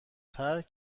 ترک